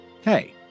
Hey